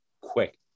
quick